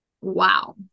wow